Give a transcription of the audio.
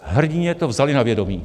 Hrdinně to vzali na vědomí.